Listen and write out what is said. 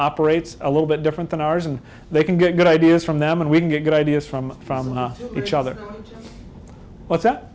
operates a little bit different than ours and they can get good ideas from them and we can get good ideas from from the each other what's that